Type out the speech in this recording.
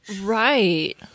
Right